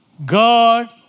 God